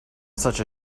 such